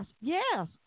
yes